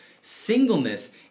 singleness